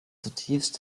zutiefst